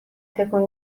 تکون